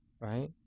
right